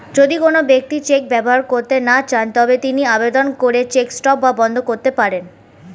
যদি কোন ব্যক্তি চেক ব্যবহার করতে না চান তবে তিনি আবেদন করে চেক স্টপ বা বন্ধ করতে পারেন